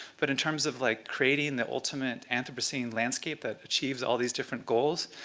but in terms of like creating the ultimate anthropocene landscape that achieves all these different goals,